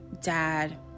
dad